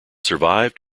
survived